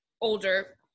older